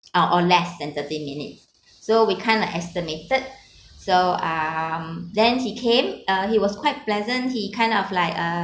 or or less than thirty minutes so we kind of estimated so um then he came uh he was quite pleasant he kind of like uh